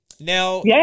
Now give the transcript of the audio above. Now